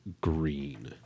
green